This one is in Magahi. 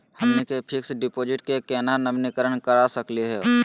हमनी के फिक्स डिपॉजिट क केना नवीनीकरण करा सकली हो?